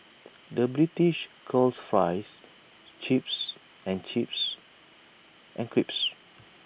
the British calls Fries Chips and chips and crisps